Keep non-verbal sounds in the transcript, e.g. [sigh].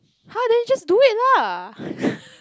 !huh! then you just do it lah [breath]